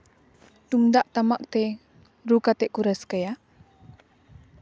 ᱛᱩᱢᱫᱟᱜ ᱴᱟᱢᱟᱠ ᱛᱮ ᱨᱩ ᱠᱟᱛᱮ ᱠᱚ ᱨᱟᱹᱥᱠᱟᱹᱭᱟ